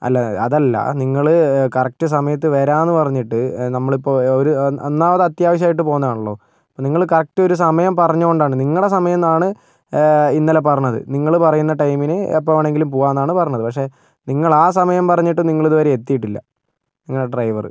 അല്ല അതല്ല നിങ്ങള് കറക്റ്റ് സമയത്ത് വരാന്നു പറഞ്ഞിട്ട് നമ്മളിപ്പോൾ ഒരു ഒന്നാമത് അത്യാവശ്യയിട്ടു പോന്നതാണല്ലോ നിങ്ങള് കറക്റ്റ് ഒരു സമയം പറഞ്ഞതുകൊണ്ടാണ് നിങ്ങളുടെ സമയം എന്നാണ് ഇന്നലെ പറഞ്ഞത് നിങ്ങള് പറയുന്ന ടൈമിനു എപ്പോൾ വേണെങ്കിലും പോകാന്നാണ് പറഞ്ഞത് പക്ഷെ നിങ്ങള് ആ സമയം പറഞ്ഞിട്ടും നിങ്ങള് ഇതുവരെ എത്തിയിട്ടില്ല നിങ്ങളുടെ ഡ്രൈവറ്